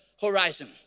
horizon